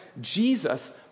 Jesus